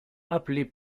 appelé